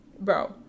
Bro